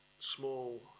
small